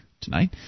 tonight